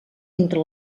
entre